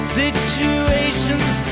situations